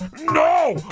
no.